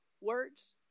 words